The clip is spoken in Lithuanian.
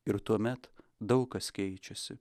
ir tuomet daug kas keičiasi